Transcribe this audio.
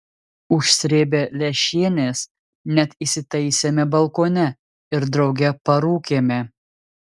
užsrėbę lęšienės net įsitaisėme balkone ir drauge parūkėme